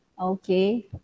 okay